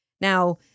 Now